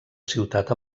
ciutat